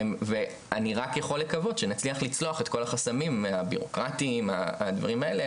אני רק יכול לקוות שנצליח לצלוח את כל החסמים הבירוקרטים והדברים האלה,